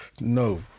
No